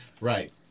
Right